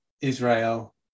Israel